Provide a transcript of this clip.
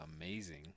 amazing